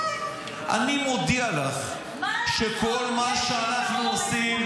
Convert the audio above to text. אני מודיע לך שכל מה שאנחנו עושים,